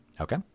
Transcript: Okay